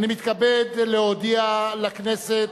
אני מתכבד להודיע לכנסת,